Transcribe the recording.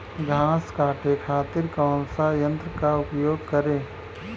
घास काटे खातिर कौन सा यंत्र का उपयोग करें?